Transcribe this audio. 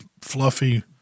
fluffy